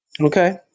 Okay